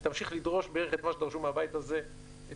היא תמשיך לדרוש בערך את מה שדרשו מהבית הזה אתמול.